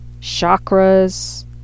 chakras